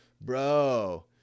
bro